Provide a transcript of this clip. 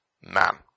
Man